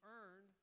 earn